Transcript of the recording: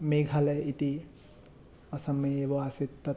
मेघालय् इति असमे एव आसीत् तत्